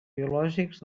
biològics